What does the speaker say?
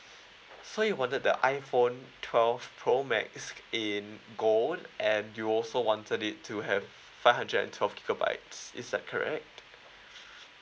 so you wanted the iphone twelve pro max in gold and you also wanted it to have five hundred and twelve gigabytes is that correct